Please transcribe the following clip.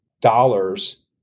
dollars